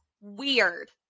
weird